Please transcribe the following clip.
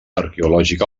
arqueològic